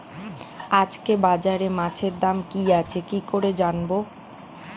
আজকে বাজারে মাছের দাম কি আছে কি করে জানবো?